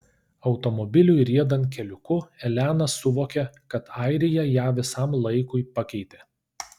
automobiliui riedant keliuku elena suvokė kad airija ją visam laikui pakeitė